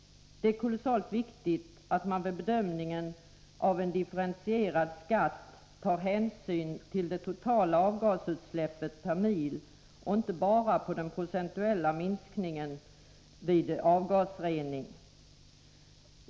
Det är kolossalt viktigt att man vid bedömningen av en differentierad skatt tar hänsyn till det totala avgasutsläppet per mil och inte bara till den procentuella minskningen vid avgasrening.